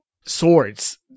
swords